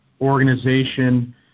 organization